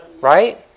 Right